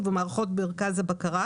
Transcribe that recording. ובמערכות מרכז הבקרה